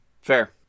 fair